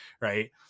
Right